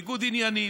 ניגוד עניינים.